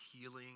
healing